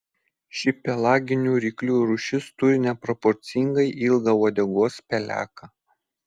ši pelaginių ryklių rūšis turi neproporcingai ilgą uodegos peleką